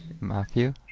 Matthew